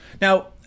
Now